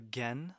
Again